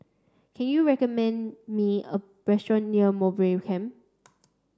can you recommend me a restaurant near Mowbray Camp